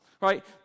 right